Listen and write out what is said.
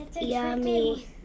yummy